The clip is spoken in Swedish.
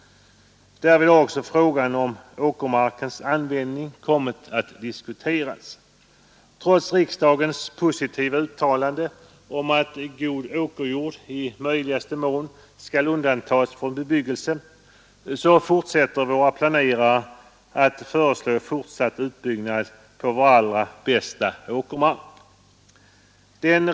Därvid har också frågan om åkermarkens användning kommit att diskuteras. Trots riksdagens positiva uttalande om att god åkerjord i möjligaste mån skall undantas från bebyggelse fortsätter våra planerare att föreslå utbyggnad på vår allra bästa åkermark.